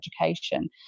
education